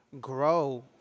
grow